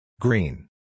Green